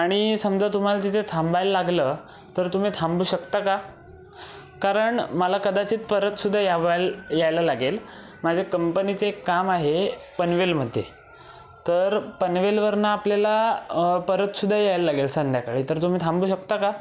आणि समजा तुम्हाला तिथे थांबायला लागलं तर तुम्ही थांबू शकता का कारण मला कदाचित परत सुद्धा यावल् यायला लागेल माझ्या कंपनीचं एक काम आहे पनवेलमध्ये तर पनवेलवरून आपल्याला परत सुद्धा यायला लागेल संध्याकाळी तर तुम्ही थांबू शकता का